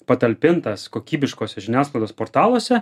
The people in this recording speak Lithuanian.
patalpintas kokybiškos žiniasklaidos portaluose